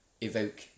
evoke